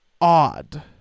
odd